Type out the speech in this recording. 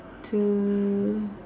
to